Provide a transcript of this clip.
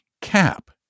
cap